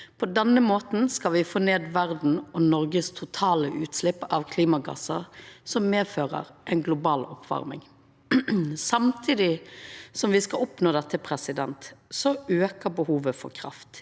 på denne måten skal me få ned verda og Noreg sine totale utslepp av klimagassar som medfører ei global oppvarming. Samtidig som me skal oppnå dette, aukar behovet for kraft